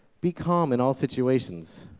be calm in all situations.